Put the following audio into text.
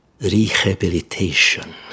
rehabilitation